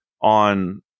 on